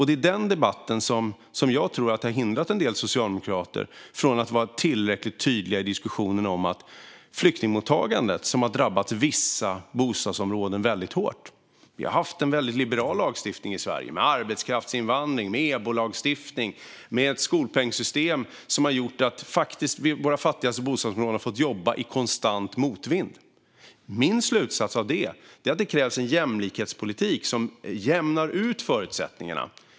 Det är den debatten som jag tror har hindrat en del socialdemokrater från att vara tillräckligt tydliga i diskussionen. Flyktingmottagandet har drabbat vissa bostadsområden väldigt hårt. Vi har haft en väldigt liberal lagstiftning i Sverige med arbetskraftsinvandring, EBO-lagstiftning och ett skolpengssystem som har gjort att våra fattigaste bostadsområden har fått jobba i konstant motvind. Min slutsats av det är att det krävs en jämlikhetspolitik som jämnar ut förutsättningarna.